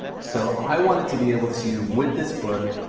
so i want it to be able to, with this book,